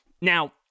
now